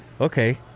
Okay